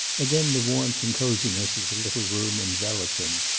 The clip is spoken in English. again the warmth and coziness of the little room enveloped him.